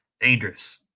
dangerous